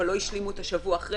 אבל לא השלימו את השבוע אחרי,